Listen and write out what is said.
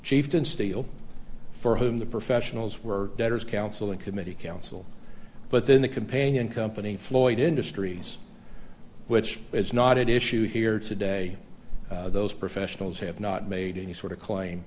chieftain steele for whom the professionals were debtors counsel and committee counsel but then the companion company floyd industries which is not at issue here today those professionals have not made any sort of claim